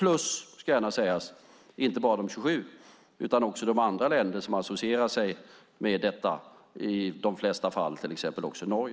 Och det gäller inte bara de 27 länderna utan också andra länder som associerar sig med detta, i de flesta fall till exempel Norge.